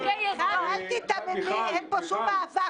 מיכל, אל תיתממי, אין פה שום אהבה.